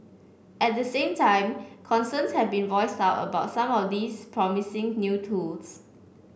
at the same time concerns have been voiced about some of these promising new tools